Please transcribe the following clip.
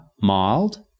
mild